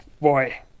boy